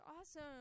awesome